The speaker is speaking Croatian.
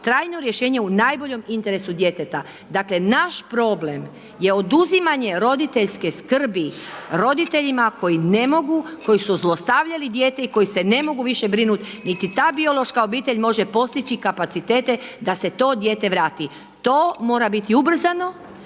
trajno rješenje u najboljem interesu djeteta. Dakle, naš problem je oduzimanje roditeljske skrbi roditeljima koji ne mogu koji su zlostavljali dijete i koji se ne mogu više brinut niti ta biološka obitelj može postići kapacitete da se to dijete vrati. To mora biti ubrzano,